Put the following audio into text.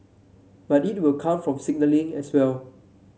but it will come from signalling as well